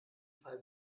fall